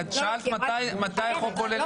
את שאלת מתי החוק עולה לדיון.